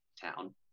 town